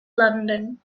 london